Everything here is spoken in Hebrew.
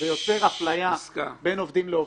ויוצר אפליה בין עובדים לעובדים.